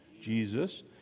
Jesus